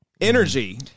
energy